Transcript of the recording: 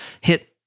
hit